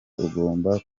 ugomba